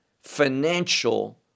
financial